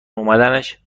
اومدنش